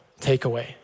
takeaway